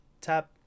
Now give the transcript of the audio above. Tap